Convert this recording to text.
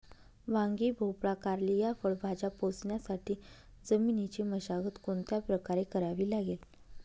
वांगी, भोपळा, कारली या फळभाज्या पोसण्यासाठी जमिनीची मशागत कोणत्या प्रकारे करावी लागेल?